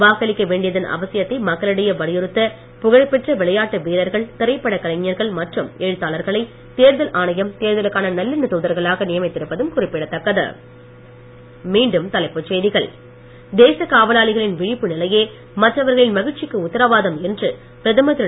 வாக்களிக்க வேண்டியதன் அவசியத்தை மக்களிடையே வலியுறுத்த புகழ்பெற்ற விளையாட்டு வீர்ர்கள் திரைப்பட கலைஞர்கள் மற்றும் எழுத்தாளர்களை தேர்தல் ஆணையம் தேர்தலுக்கான நல்லெண்ண தூதர்களாக நியமித்திருப்பதும் குறிப்பிடத் தக்கது மீண்டும் தலைப்புச் செய்திகள் காவலாளிகளின் விழிப்பு நிலையே மற்றவர்களின் தேசக் மகிழ்ச்சிக்கு உத்தரவாதம் என்று பிரதமர் திரு